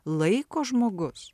laiko žmogus